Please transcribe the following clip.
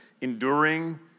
enduring